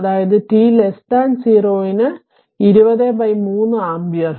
അതായതു t0 ന് 203 ampere